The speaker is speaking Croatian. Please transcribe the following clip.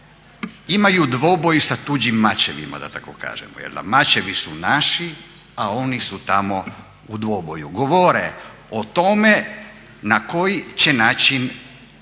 imaju dvoboj sa tuđim mačevima da tako kažemo. Mačevi su naši, a oni su tamo u dvoboju. Govore o tome na koji će način